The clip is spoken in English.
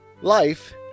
life